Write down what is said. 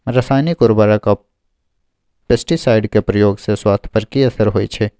रसायनिक उर्वरक आ पेस्टिसाइड के प्रयोग से स्वास्थ्य पर कि असर होए छै?